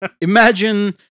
Imagine